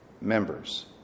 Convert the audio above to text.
members